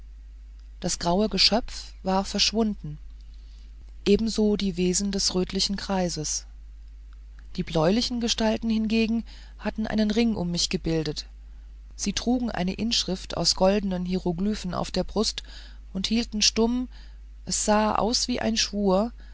das graue geschöpf war verschwunden ebenso die wesen des rötlichen kreises die bläulichen gestalten hingegen hatten einen ring um mich gebildet sie trugen eine inschrift aus goldnen hieroglyphen auf der brust und hielten stumm es sah aus wie ein schwur